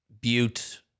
butte